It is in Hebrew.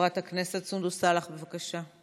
חברת הכנסת סונדוס סאלח, בבקשה.